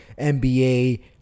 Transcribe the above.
NBA